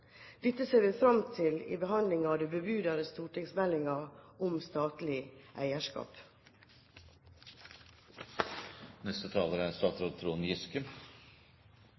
Dette ser vi fram til i behandlingen av den bebudede stortingsmeldingen om statlig